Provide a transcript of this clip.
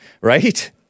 Right